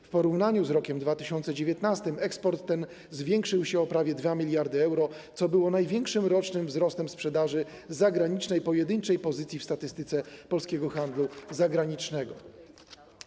W porównaniu z rokiem 2019 eksport zwiększył się o prawie 2 mld euro, co było największym rocznym wzrostem sprzedaży zagranicznej pojedynczej pozycji w statystyce polskiego handlu zagranicznego.